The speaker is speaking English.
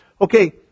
Okay